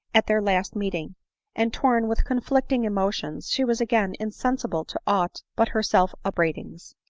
at their last meeting and, torn with conflicting emotions, she was again insensible to aught but her self-upbraid ings.